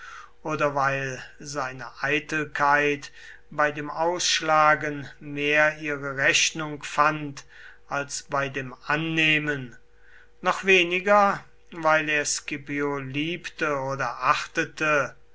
oder weil seine eitelkeit bei dem ausschlagen mehr ihre rechnung fand als bei dem annehmen noch weniger weil er scipio liebte oder achtete